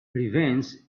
revenge